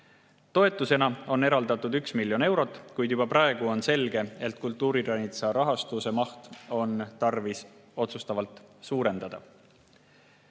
Toetuseks on eraldatud 1 miljon eurot, kuid juba praegu on selge, et kultuuriranitsa rahastuse mahtu on tarvis otsustavalt suurendada.